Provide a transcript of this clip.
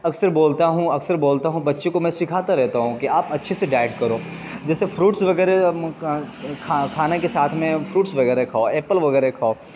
اکثر بولتا ہوں اکثر بولتا ہوں بچے کو میں سکھاتا رہتا ہوں کہ آپ اچھے سے ڈائٹ کرو جیسے فروٹس وغیرہ کھا کھانے کے ساتھ میں فروٹس وغیرہ کھاؤ ایپل وغیرہ کھاؤ